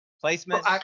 placement